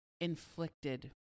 inflicted